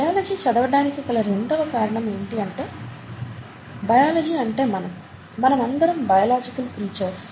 biology చదవటానికి గల రెండవ కారణం ఏంటి అంటే బయాలజీ అంటే మనం మనమందరం బయోలాజికల్ క్రీచర్స్